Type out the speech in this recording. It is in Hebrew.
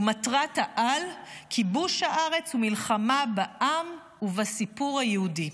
ומטרת-העל היא כיבוש הארץ ומלחמה בעם היהודי ובסיפור היהודי.